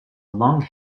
long